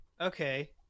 Okay